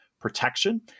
protection